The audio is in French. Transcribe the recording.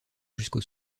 jusqu’au